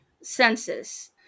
census